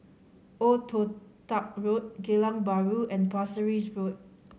Old Toh Tuck Road Geylang Bahru and Pasir Ris Road